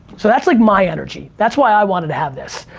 so that's like my energy, that's why i wanted to have this.